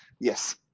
Yes